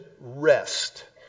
rest